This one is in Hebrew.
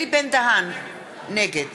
נגד